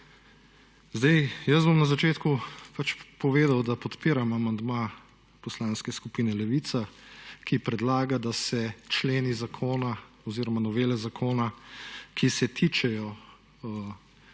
Zdaj, jaz bom na začetku povedal, da podpiram amandma poslanske skupine Levica, ki predlaga, da se členi zakona oziroma novele zakona, ki se tičejo